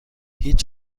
هیچ